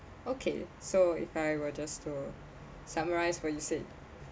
okay so if I were just to summarize what you said